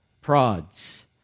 prods